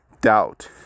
doubt